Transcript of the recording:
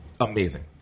amazing